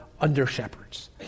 under-shepherds